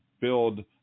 build